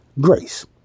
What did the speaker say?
grace